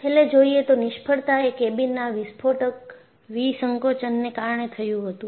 છેલ્લે જોઈએ તો નિષ્ફળતા એ કેબિનના વિસ્ફોટક વિસંકોચનને કારણે થયું હતું